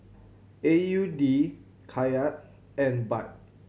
A U D Kyat and Baht